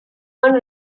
own